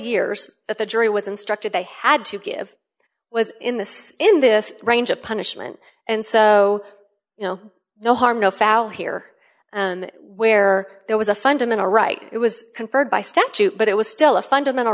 years that the jury was instructed they had to give was in this in this range of punishment and so you know no harm no foul here and where there was a fundamental right it was conferred by statute but it was still a fundamental